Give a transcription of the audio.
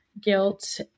Guilt